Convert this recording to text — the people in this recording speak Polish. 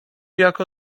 jako